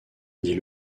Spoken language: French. dit